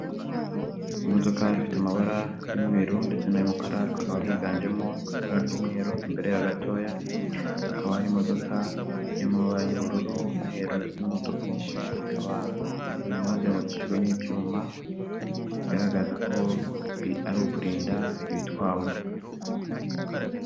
Imodoka ifite amabara y'umweru ndetse n'ay'umukara ariko hakaba higanjemo ibara ry'umweru, imbere yayo gatoya hakaba hari imodoka y'amabara y'ubururu, umweru ndetse n'umutuku ikaba inyuma hazengurukijwe n'ibyuma bigaragaza ko ari ukurinda ibitwawemo.